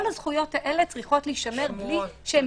כל הזכויות האלה צריכות להישמר בלי שהן